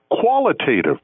qualitative